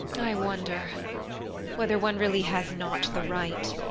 i wonder whether one really has not the right!